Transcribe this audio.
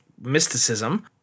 mysticism